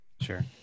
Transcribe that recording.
Sure